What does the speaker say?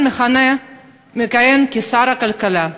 שמכהן גם כשר הכלכלה,